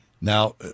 Now